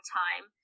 time